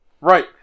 Right